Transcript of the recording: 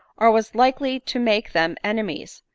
or was likely to make them enemies,